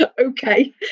okay